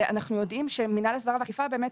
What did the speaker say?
אנחנו יודעים שמינהל ההסדרה והאכיפה באמת